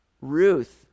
Ruth